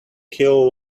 kill